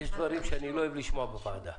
יש דברים שאני לא אוהב לשמוע בוועדה.